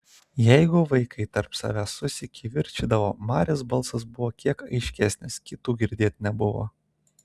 jeigu vaikai tarp savęs susikivirčydavo marės balsas buvo kiek aiškesnis kitų girdėt nebuvo